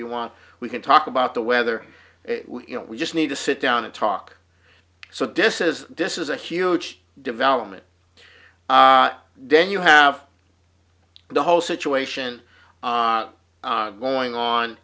you want we can talk about the weather you know we just need to sit down and talk so this is this is a huge development then you have the whole situation going on